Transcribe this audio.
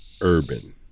urban